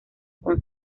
con